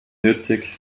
nötig